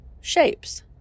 shapes